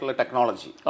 technology